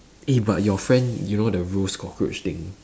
eh but your friend you know the roast cockroach thing